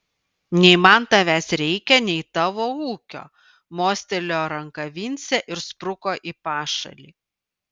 nei man tavęs reikia nei tavo ūkio mostelėjo ranka vincė ir spruko į pašalį